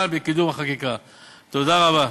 כן מדברים אתם.